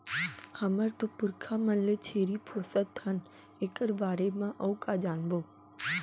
हमर तो पुरखा मन ले छेरी पोसत हन एकर बारे म अउ का जानबो?